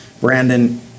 Brandon